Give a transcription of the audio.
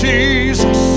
Jesus